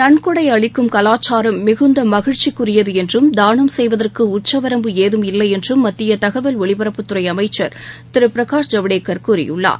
நன்கொடை அளிக்கும் கலாச்சாரம் மிகுந்த மகிழ்ச்சிக்குரியது என்றும் தானம் செய்வதற்கு உச்சவரம்பு ஏதும் இல்லையென்றும் மத்திய தகவல் ஒலிபரப்புத்துறை அமைச்சர் திரு பிரகாஷ் ஜவடேகர் கூறியுள்ளார்